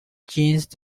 changed